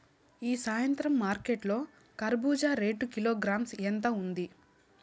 ఈ సాయంత్రం మార్కెట్ లో కర్బూజ రేటు కిలోగ్రామ్స్ ఎంత ఉంది?